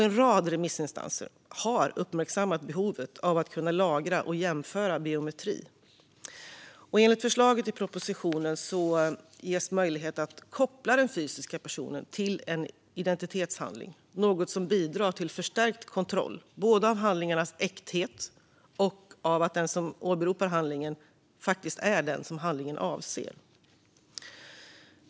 En rad remissinstanser har uppmärksammat behovet av att kunna lagra och jämföra biometri. Enligt förslaget i propositionen ges möjlighet att koppla den fysiska personen till en identitetshandling, något som bidrar till förstärkt kontroll både av handlingars äkthet och av att den som åberopar en handling är den som handlingen avser.